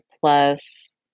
plus